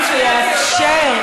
באופן שיאפשר,